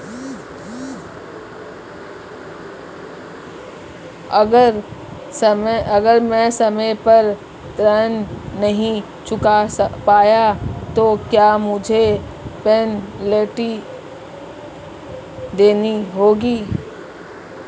अगर मैं समय पर ऋण नहीं चुका पाया तो क्या मुझे पेनल्टी देनी होगी?